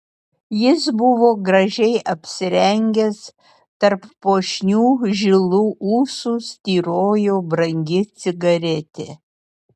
jis buvo gražiai apsirengęs tarp puošnių žilų ūsų styrojo brangi cigaretė